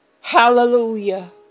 Hallelujah